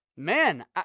Man